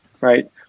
right